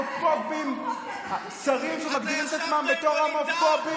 שההומופוביה מגיעה ממסדרונות